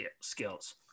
skills